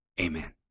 Amen